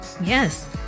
Yes